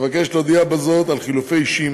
אבקש להודיע בזאת על חילופי אישים